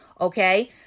okay